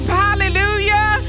hallelujah